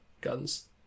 guns